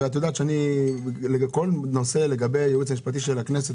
ואני מקבל את הדעה של הייעוץ המשפטי של הכנסת